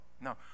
no